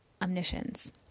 omniscience